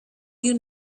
you